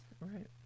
Right